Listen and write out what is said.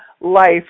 life